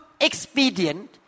expedient